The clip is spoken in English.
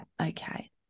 Okay